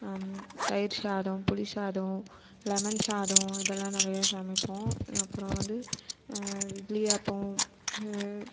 தயிர் சாதம் புளி சாதம் லெமன் சாதம் இதெல்லாம் நிறையா சமைப்போம் அப்புறம் வந்து இட்லியாப்பம் வேறு